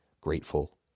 grateful